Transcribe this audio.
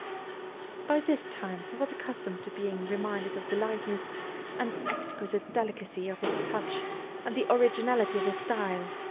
by this time he was accustomed to being reminded of the lightness and exquisite delicacy of his touch and the originality of his style.